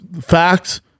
Facts